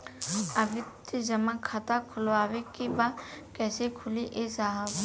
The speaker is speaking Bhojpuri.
आवर्ती जमा खाता खोलवावे के बा कईसे खुली ए साहब?